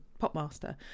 Popmaster